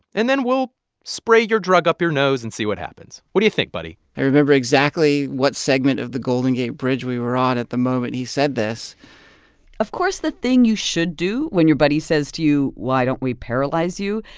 and then we'll spray your drug up your nose and see what happens. what do you think, buddy? i remember exactly what segment of the golden gate bridge we were on at the moment he said this of course, the thing you should do when your buddy says to you, why don't we paralyze you,